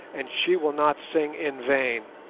and she will not sing in vain.